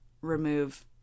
remove